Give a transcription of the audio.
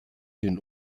den